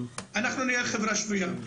אנחנו נהיה חברה שפויה.